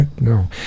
No